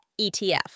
ETF